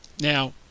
Now